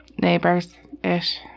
Neighbors-ish